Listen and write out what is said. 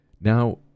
Now